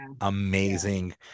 amazing